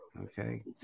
Okay